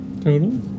Total